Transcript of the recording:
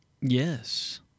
Yes